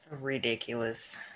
Ridiculous